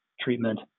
treatment